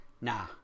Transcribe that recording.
nah